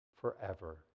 forever